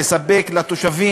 אמור לספק לתושבים,